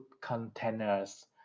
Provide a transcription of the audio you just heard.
containers